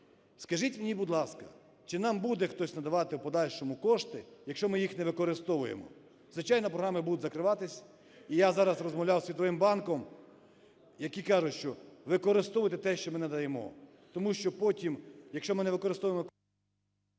Скажіть мені, будь ласка, чи нам буде хтось надавати в подальшому кошти, якщо ми їх не використовуємо, звичайно, програми будуть закриватись. І я зараз розмовляв зі Світовим банком, які кажуть, що використовуйте те, що ми надаємо. Тому що потім, якщо ми не використовуємо…